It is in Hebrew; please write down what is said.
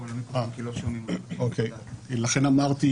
לכן אמרתי,